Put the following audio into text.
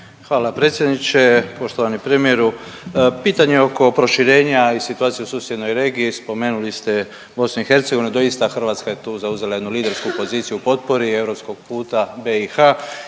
Hvala predsjedniče. Poštovani premijeru pitanje oko proširenja i situacije u susjednoj regiji, spomenuli ste Bosnu i Hercegovinu. Doista Hrvatska je tu zauzela jednu lidersku poziciju potpori europskog puta BIH